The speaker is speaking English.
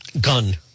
gun